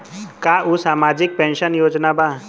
का उ सामाजिक पेंशन योजना बा?